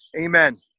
Amen